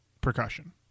percussion